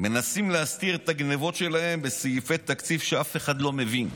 מנסים להסתיר את הגנבות שלהם בסעיפי תקציב שאף אחד לא מבין.